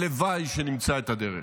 הלוואי שנמצא את הדרך.